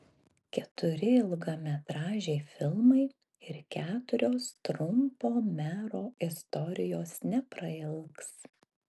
keturi ilgametražiai filmai ir keturios trumpo mero istorijos neprailgs